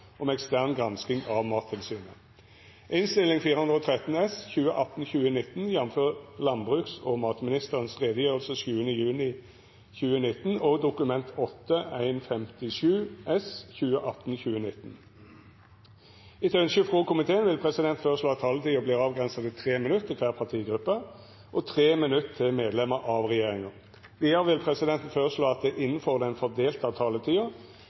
om ordet til sak nr 1. Etter ønske frå næringskomiteen vil presidenten føreslå at taletida vert avgrensa til 3 minutt til kvar partigruppe og 3 minutt til medlemer av regjeringa. Vidare vil presidenten føreslå at det – innanfor den fordelte taletida